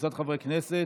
וקבוצת חברי הכנסת.